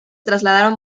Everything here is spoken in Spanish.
trasladaron